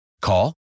Call